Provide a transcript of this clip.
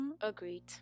Agreed